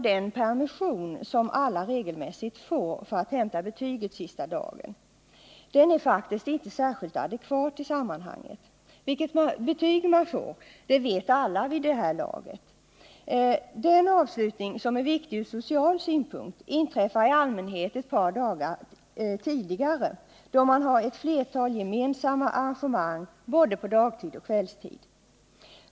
Den permission som alla regelmässigt får sista dagen för att hämta ut betyget är faktiskt inte särskilt adekvat i sammanhanget. Alla vet vid det här laget vilket betyg de får. Den avslutning som är viktig ur social synpunkt inträffar i allmänhet ett par dagar tidigare då man har ett flertal gemensamma arrangemang både på dagtid och på kvällstid.